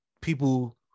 people